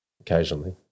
Occasionally